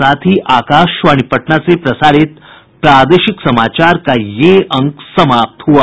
इसके साथ ही आकाशवाणी पटना से प्रसारित प्रादेशिक समाचार का ये अंक समाप्त हुआ